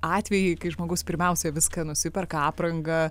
atvejai kai žmogus pirmiausia viską nusiperka aprangą